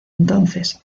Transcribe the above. entonces